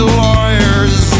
lawyers